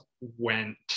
went